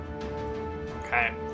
Okay